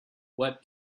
what